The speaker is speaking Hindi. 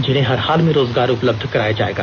जिन्हें हर हाल में रोजगार उपलब्ध कराया जायेगा